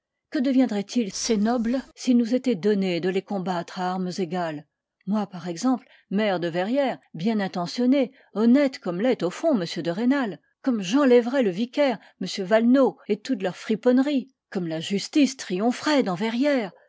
que deviendraient-ils ces nobles s'il nous était donné de les combattre à armes égales moi par exemple maire de verrières bien intentionné honnête comme l'est au fond m de rênal comme j'enlèverais le vicaire m valenod et toutes leurs friponneries comme la justice triompherait dans verrières